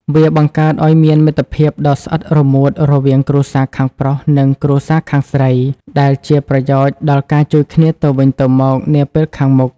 វាបង្កើតឱ្យមានមិត្តភាពដ៏ស្អិតរមួតរវាងគ្រួសារខាងប្រុស និងគ្រួសារខាងស្រី ដែលជាប្រយោជន៍ដល់ការជួយគ្នាទៅវិញទៅមកនាពេលខាងមុខ។